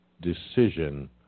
decision